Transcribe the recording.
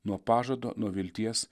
nuo pažado nuo vilties